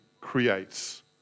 creates